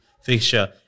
fixture